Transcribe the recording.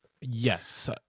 Yes